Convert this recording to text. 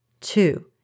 two